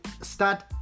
start